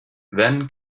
then